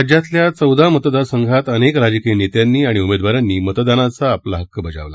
राज्यातल्या चौदा मतदारसंघात अनेक राजकीय नेत्यांनी आणि उमेदवारांनी मतदानाचा आपला हक्क बजावला